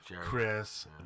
Chris